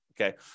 okay